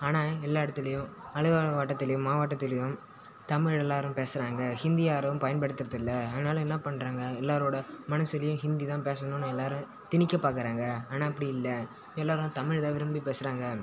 ஆனால் எல்லா இடத்துலையும் அலுவலக வட்டத்துலேயும் மாவட்டத்துலேயும் தமிழ் எல்லோரும் பேசுகிறாங்க ஹிந்தியை யாரும் பயன்படுத்துகிறது இல்லை அதனால் என்ன பண்ணுறாங்க எல்லோரோட மனசுலேயும் ஹிந்தி தான் பேசணுன்னு எல்லோரும் திணிக்கப் பார்க்கறாங்க ஆனால் அப்படி இல்லை எல்லோரும் தமிழ் தான் விரும்பிப் பேசுகிறாங்க